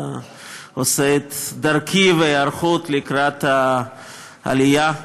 עושה את דרכי בהיערכות לקראת העלייה,